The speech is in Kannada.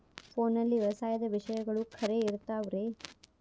ಫೋನಲ್ಲಿ ವ್ಯವಸಾಯದ ವಿಷಯಗಳು ಖರೇ ಇರತಾವ್ ರೇ?